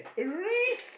Reese